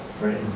right